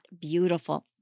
beautiful